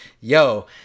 yo